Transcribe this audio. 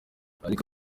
ariko